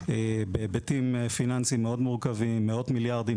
בהיבטים פיננסיים מאוד מורכבים: מאות מיליארדים,